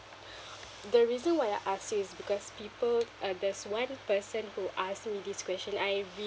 the reason why I ask you is because people uh there's one person who asked me this question I